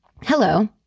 Hello